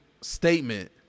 statement